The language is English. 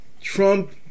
Trump